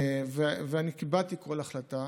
אני קיבלתי כל החלטה.